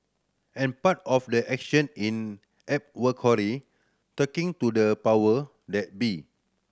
and part of the action in advocacy talking to the power that be